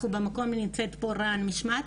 אנחנו במקום ונמצאת פה איתי רע"ן משמעת,